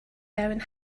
down